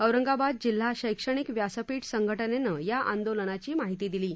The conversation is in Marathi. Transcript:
औरंगाबाद जिल्हा शैक्षणिक व्यासपीठ संघटनेनं या आंदोलनाची माहिती दिली आहे